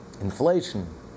inflation